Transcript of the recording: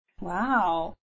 Wow